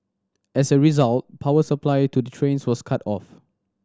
as a result power supply to the trains was cut off